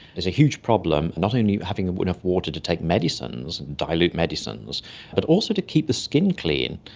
there's a huge problem, not only having ah enough water to take medicines and dilute medicines but also to keep the skin clean.